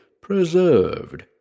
preserved